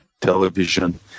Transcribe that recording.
television